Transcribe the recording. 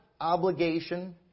obligation